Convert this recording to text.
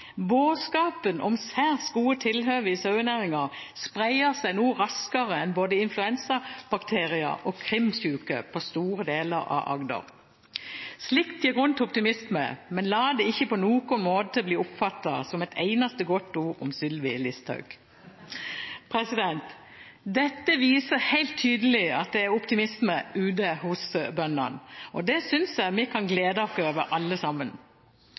om særs gode tilhøve i sauenæringa spreier seg no raskare enn både influensabakteriar og krimsjuke på store delar av Agder.» Avisa Setesdølen skriver: «Slikt gir grunn til optimisme, men la det ikkje på nokon måte bli oppfatta som eit einaste godt ord om Sylvi Listhaug!» Dette viser helt tydelig at det er optimisme ute hos bøndene. Det synes jeg vi kan glede oss over alle sammen.